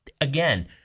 again